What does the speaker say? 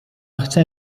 chce